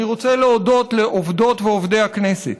אני רוצה להודות לעובדות ולעובדי הכנסת.